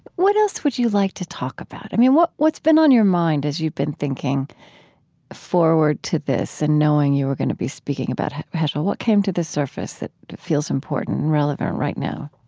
what else would you like to talk about? i mean what's been on your mind, as you've been thinking forward to this and knowing you were going to be speaking about heschel? what came to the surface that feels important and relevant right now?